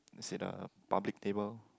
sit a public table